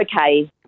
okay